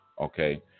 okay